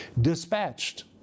dispatched